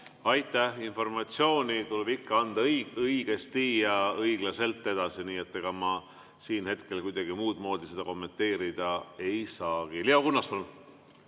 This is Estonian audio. Aitäh! Informatsiooni tuleb ikka anda õigesti ja õiglaselt edasi, nii et ega ma siin hetkel seda kuidagi muudmoodi kommenteerida ei saagi. Leo Kunnas, palun!